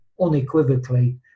unequivocally